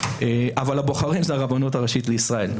אבל הבוחרים זה הרבנות הראשית לישראל.